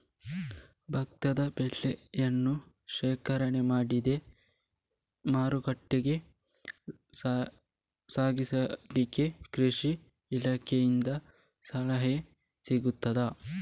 ಭತ್ತದ ಬೆಳೆಯನ್ನು ಶೇಖರಣೆ ಮಾಡಿ ಮಾರುಕಟ್ಟೆಗೆ ಸಾಗಿಸಲಿಕ್ಕೆ ಕೃಷಿ ಇಲಾಖೆಯಿಂದ ಸಹಾಯ ಸಿಗುತ್ತದಾ?